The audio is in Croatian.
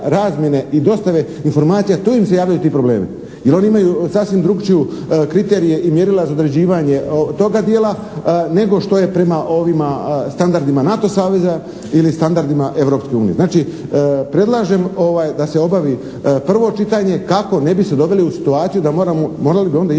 razmjene i dostave informacija, tu im se javljaju ti problemi. Jer oni imaju sasvim drukčiju kriterije i mjerila za određivanje toga dijela, nego što je prema ovima standardima NATO saveza ili standardima Europske unije. Znači, predlažem da se obavi prvo čitanje kako ne bi se doveli u situaciju da moramo, morali bi onda ići